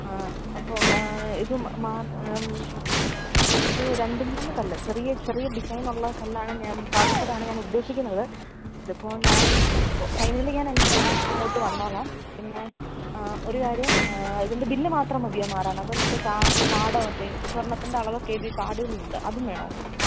ആ അപ്പം ഇത് മാര് ഒരു രണ്ട് മൂന്ന് കല്ല് ചെറിയ ചെറിയ ഡിസൈനൊള്ള കല്ലാണ് ഞാന് പാദസരമാണ് ഞാന് ഉദ്ദേശിക്കുന്നത് അതിപ്പോൾ ഞാന് ഫൈനലി ഞാന് ഞാൻ അങ്ങോട്ട് വന്നോളാം പിന്നെ ഒരു കാര്യം ഇതിന്റെ ബില്ല് മാത്രം മതിയോ മാറാന് അതോ മറ്റേ കാഡോ മറ്റേ സ്വര്ണ്ണത്തിന്റെ അളവൊക്കെ എഴുതിയ കാര്ഡ്കളുണ്ട് അതും വേണോ